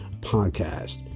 podcast